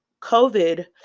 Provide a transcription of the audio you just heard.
COVID